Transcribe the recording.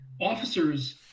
officers